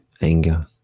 anger